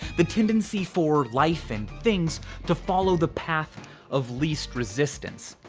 the tendency for life and things to follow the path of least resistance.